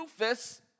Rufus